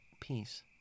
peace